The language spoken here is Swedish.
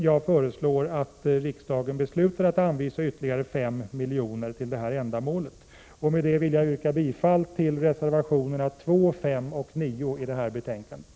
Jag föreslår att riksdagen beslutar att anvisa ytterligare 5 milj.kr. för detta ändamål. Med detta vill jag yrka bifall till reservationerna 2, 5 och 9 till betänkandet.